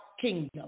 kingdom